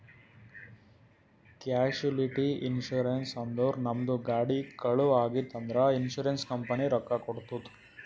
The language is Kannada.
ಕ್ಯಾಶುಲಿಟಿ ಇನ್ಸೂರೆನ್ಸ್ ಅಂದುರ್ ನಮ್ದು ಗಾಡಿ ಕಳು ಆಗಿತ್ತ್ ಅಂದ್ರ ಇನ್ಸೂರೆನ್ಸ್ ಕಂಪನಿ ರೊಕ್ಕಾ ಕೊಡ್ತುದ್